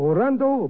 Orando